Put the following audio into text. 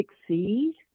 succeed